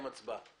(הישיבה נפסקה בשעה 11:37 ונתחדשה בשעה 11:42.)